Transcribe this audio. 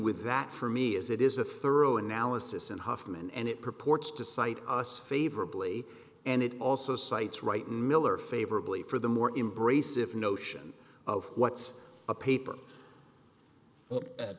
with that for me is it is a thorough analysis and hofmann and it purports to cite us favorably and it also cites right miller favorably for the more embrace of notion of what's a paper